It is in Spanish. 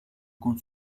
con